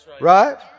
Right